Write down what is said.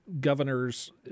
governors